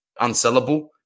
unsellable